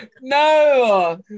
No